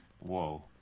whoa